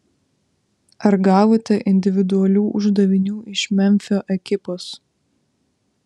ar gavote individualių uždavinių iš memfio ekipos